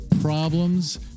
problems